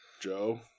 Joe